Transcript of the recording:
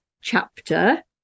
chapter